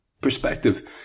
Perspective